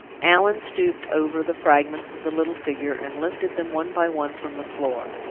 allan stooped over the fragments of the little figure, and lifted them one by one from the floor.